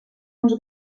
uns